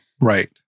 right